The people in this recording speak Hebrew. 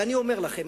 ואני אומר לכם,